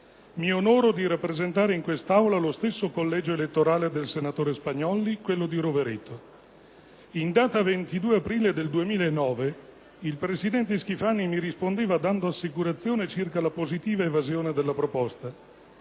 Mi onoro di rappresentare in quest'Aula lo stesso collegio elettorale del senatore Spagnolli, quello di Rovereto. In data 22 aprile 2009, il presidente Schifani mi rispondeva dando assicurazione circa la positiva evasione della proposta.